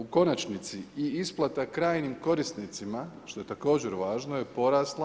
U konačnici i isplata krajnjim korisnicima što je također važno je porasla.